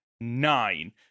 nine